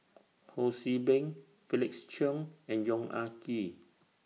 Ho See Beng Felix Cheong and Yong Ah Kee